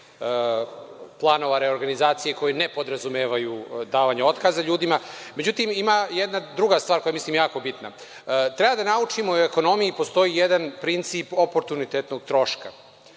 planova reorganizacije koji ne podrazumevaju davanje otkaza ljudima. Međutim, ima jedna druga stvar koja je, ja mislim, jako bitna. Treba da naučimo da u ekonomiji postoji jedan princip oportunitetnog troška